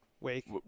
Wake